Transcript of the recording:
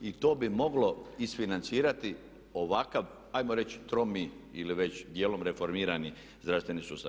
I to bi moglo isfinancirati ovakav ajmo reći tromi ili već dijelom reformirani zdravstveni sustav.